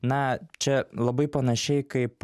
na čia labai panašiai kaip